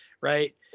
right